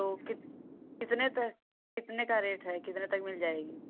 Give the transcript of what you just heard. तो कित कितने पर कितने का रेट है कितने तक मिल जाएगी